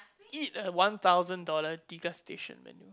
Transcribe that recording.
eat a one thousand dollar degustation menu